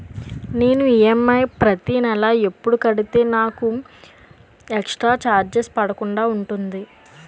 నేను ఈ.ఎం.ఐ ప్రతి నెల ఎపుడు కడితే నాకు ఎక్స్ స్త్ర చార్జెస్ పడకుండా ఉంటుంది?